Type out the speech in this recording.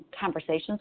conversations